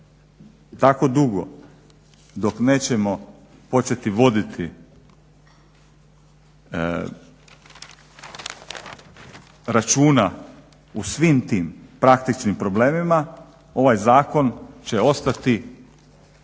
Tako dugo dok nećemo početi voditi računa u svim tim praktičnim problemima ovaj zakon će ostati